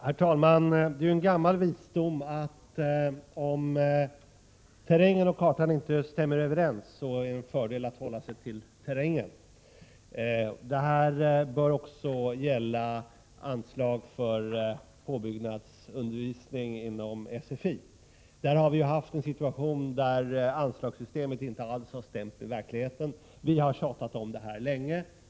Herr talman! Det är en gammal visdom att om terrängen och kartan inte stämmer överens, så är det en fördel att hålla sig till terrängen. Detta bör också gälla anslag för påbyggnadsundervisning inom sfi. Där har vi haft en situation där anslagssystemet inte alls har stämt med verkligheten. Vi har tjatat om detta länge.